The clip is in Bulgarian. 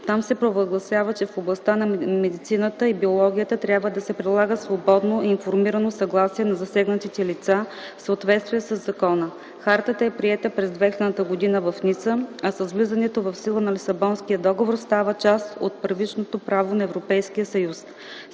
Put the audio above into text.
Там се прогласява, че в областта на медицината и биологията трябва да се прилага свободно и информирано съгласие на засегнатите лица в съответствие със закона. Хартата е приета през 2000 г. в Ница, а с влизането в сила на Лисабонския договор става част от първичното право на Европейския съюз.